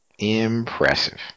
Impressive